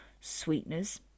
sweeteners